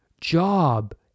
job